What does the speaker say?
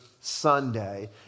Sunday